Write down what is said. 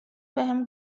بهم